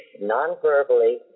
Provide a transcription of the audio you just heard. non-verbally